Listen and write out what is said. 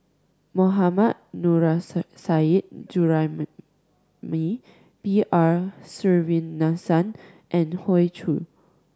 Mohammad Nurrasyid Juraimi B R Sreenivasan and Hoey Choo